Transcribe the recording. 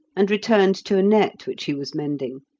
and returned to a net which he was mending.